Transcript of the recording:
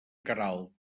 queralt